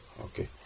Okay